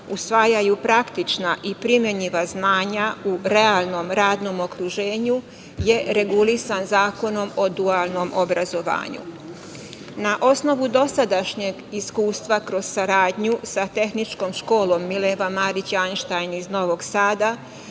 usvajaju praktična i primenjiva znanja u realnom radnom okruženju je regulisan Zakonom o dualnom obrazovanju. Na osnovu dosadašnjeg iskustva kroz saradnju sa Tehničkom školom „Mileva Marić Ajnštajn“ iz Novog Sada